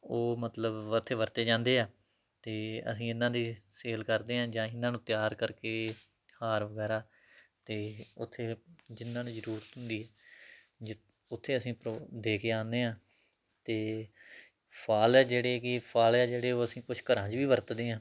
ਉਹ ਮਤਲਬ ਉੱਥੇ ਵਰਤੇ ਜਾਂਦੇ ਹੈ ਅਤੇ ਅਸੀਂ ਇਹਨਾਂ ਦੀ ਸੇਲ ਕਰਦੇ ਹਾਂ ਜਾਂ ਅਸੀਂ ਇਹਨਾਂ ਨੂੰ ਤਿਆਰ ਕਰਕੇ ਹਾਰ ਵਗੈਰਾ ਅਤੇ ਉੱਥੇ ਜਿਹਨਾਂ ਨੂੰ ਜ਼ਰੂਰਤ ਹੁੰਦੀ ਹੈ ਜਿ ਉੱਥੇ ਅਸੀਂ ਪਰੋ ਦੇ ਕੇ ਆਉਂਦੇ ਹਾਂ ਅਤੇ ਫ਼ਲ ਹੈ ਜਿਹੜੇ ਕਿ ਫ਼ਲ ਹੈ ਜਿਹੜੇ ਉਹ ਅਸੀਂ ਕੁਛ ਘਰਾਂ 'ਚ ਵੀ ਵਰਤਦੇ ਹਾਂ